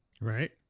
Right